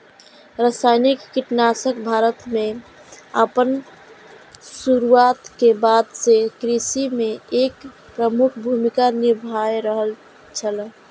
रासायनिक कीटनाशक भारत में आपन शुरुआत के बाद से कृषि में एक प्रमुख भूमिका निभाय रहल छला